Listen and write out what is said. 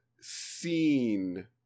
seen